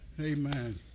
Amen